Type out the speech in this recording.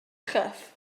chyff